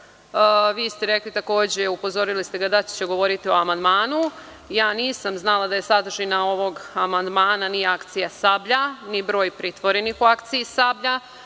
Vi ste ga takođe upozorili da govori o amandmanu. Ja nisam znala da je sadržina ovog amandmana ni akcija „Sablja“, ni broj pritvorenih u akciji „Sablja“,